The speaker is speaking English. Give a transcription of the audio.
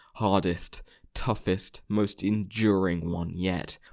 hardest toughest, most enduring one yet,